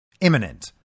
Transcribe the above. imminent